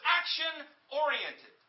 action-oriented